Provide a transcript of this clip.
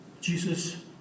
Jesus